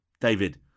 David